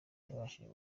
yabashije